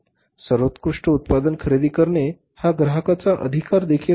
सर्वोत्कृष्ट उत्पादन खरेदी करणे हा ग्राहकाचा अधिकार देखील आहे